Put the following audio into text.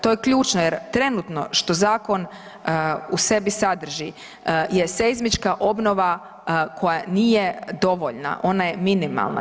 To je ključno jer trenutno što zakon u sebi sadrži je seizmička obnova koja nije dovoljna, ona je minimalna.